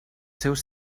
seus